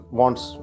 wants